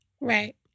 right